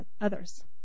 others